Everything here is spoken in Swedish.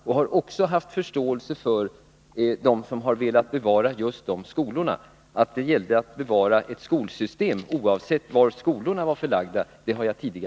Jag har också haft förståelse för dem som har velat bevara just dessa skolor. Jag har tidigare inte förstått att det gällde att bevara ett skolsystem, oavsett var skolorna var förlagda.